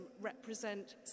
represent